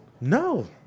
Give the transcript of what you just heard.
No